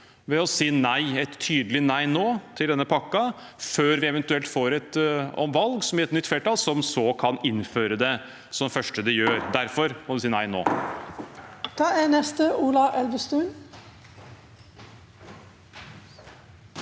ved nå å si nei, et tydelig nei, til denne pakken før vi eventuelt får et valg som gir et nytt flertall, som så kan innføre det som det første de gjør. Derfor må vi si nei nå. Ola Elvestuen